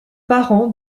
parents